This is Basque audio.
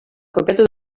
kopiatu